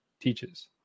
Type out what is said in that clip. teaches